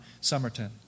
Somerton